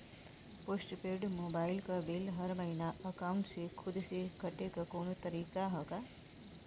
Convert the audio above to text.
Post paid mobile क bill हर महिना एकाउंट से खुद से कटे क कौनो तरीका ह का?